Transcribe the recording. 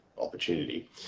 opportunity